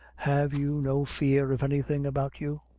have you no fear of anything about you?